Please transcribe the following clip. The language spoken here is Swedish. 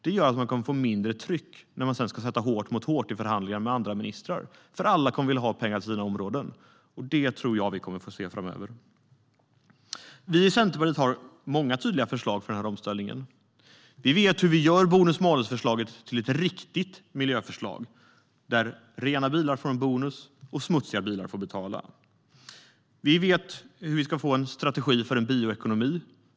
Det gör att det blir mindre tryck när man ska sätta hårt mot hårt i förhandlingar med andra ministrar. Alla kommer att vilja ha pengar till sina områden. Det tror jag att vi kommer att få se framöver. Vi i Centerpartiet har många tydliga förslag för den här omställningen. Vi vet hur man ska göra bonus-malus-förslaget till ett riktigt miljöförslag där rena bilar får bonus och smutsiga bilar får betala. Vi vet hur vi ska få en strategi för en bioekonomi.